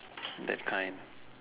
that kind